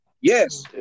Yes